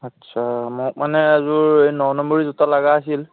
আচ্ছা মোক মানে এযোৰ এই ন নম্বৰী জোতা লাগা আছিল